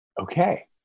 Okay